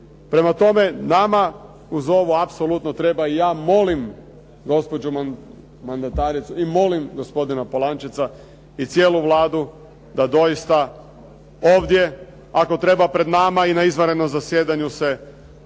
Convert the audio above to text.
Prema tome, nama uz ovo apsolutno treba i ja molim gospođu mandataricu i molimo gospodina Polančeca i cijelu Vladu da dosita ovdje, ako treba pred nama i na izvanrednom zasjedanju se taj